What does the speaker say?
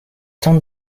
tente